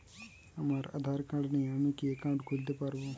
আমার আধার কার্ড নেই আমি কি একাউন্ট খুলতে পারব?